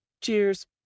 Cheers